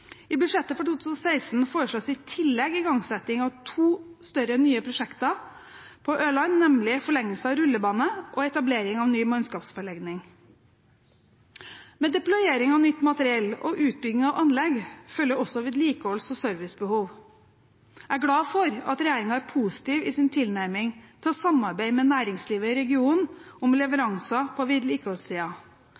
I budsjettet for 2016 foreslås det i tillegg igangsetting av to større nye prosjekter på Ørland, nemlig forlengelse av rullebane og etablering av ny mannskapsforlegning. Med deployering og nytt materiell og utbygging av anlegg følger også vedlikeholds- og servicebehov. Jeg er glad for at regjeringen er positiv i sin tilnærming til å samarbeide med næringslivet i regionen om leveranser på